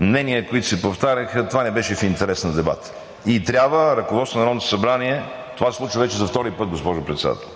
мнения, които се повтаряха – това не беше в интерес на дебата. И трябва ръководството на Народното събрание – това се случва вече за втори път, госпожо Председател,